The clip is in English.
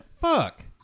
Fuck